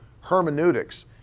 hermeneutics